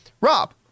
Rob